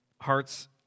hearts